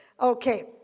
Okay